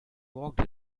walked